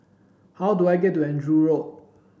how do I get to Andrew Road